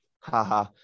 haha